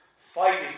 fighting